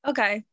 Okay